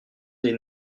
des